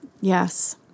Yes